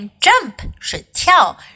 Jump,是跳